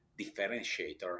differentiator